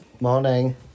Morning